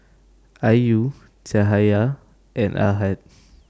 Ayu Cahaya and Ahad